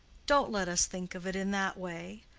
don't let us think of it in that way.